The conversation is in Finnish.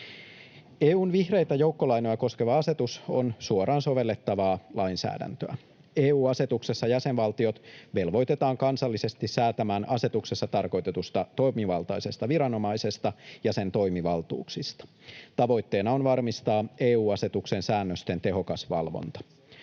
EU:n vihreitä joukkolainoja koskeva asetus on suoraan sovellettavaa lainsäädäntöä. EU-asetuksessa jäsenvaltiot velvoitetaan kansallisesti säätämään asetuksessa tarkoitetusta toimivaltaisesta viranomaisesta ja sen toimivaltuuksista. Tavoitteena on varmistaa EU-asetuksen säännösten tehokas valvonta.